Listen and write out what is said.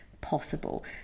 possible